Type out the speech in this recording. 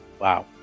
Wow